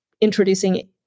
introducing